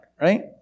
right